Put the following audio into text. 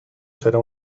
será